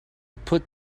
put